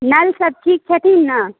नलसभ ठीक छथिन ने